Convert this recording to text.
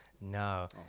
No